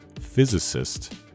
physicist